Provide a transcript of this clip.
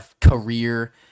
career